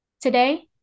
Today